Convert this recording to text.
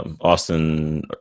Austin